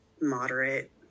moderate